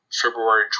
February